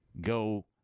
go